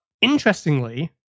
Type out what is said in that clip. interestingly